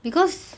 because